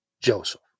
Joseph